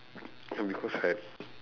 okay because right